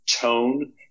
tone